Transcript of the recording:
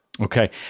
Okay